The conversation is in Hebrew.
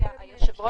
היושב ראש,